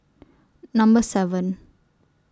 Number seven